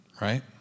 Right